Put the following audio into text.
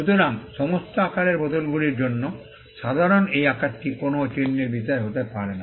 সুতরাং সমস্ত আকারের বোতলগুলির জন্য সাধারণ এই আকারটি কোনও চিহ্নের বিষয় হতে পারে না